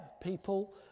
people